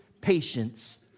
patience